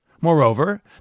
Moreover